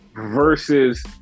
versus